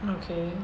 okay